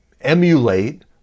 emulate